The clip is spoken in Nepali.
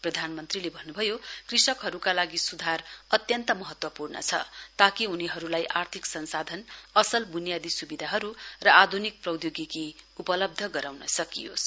प्रधानमन्त्रीले भन्नुभयो कृषिकहरुका लागि सुधार अत्यन्त महत्वपूर्ण छ ताकि उनीहरुलाई आर्थिक संसाधन असल व्नियादी स्विधाहरु र आध्निक प्रधौगिकी उपलब्ध गराउन सकियोस्